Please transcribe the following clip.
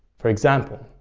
for example